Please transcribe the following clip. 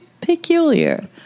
peculiar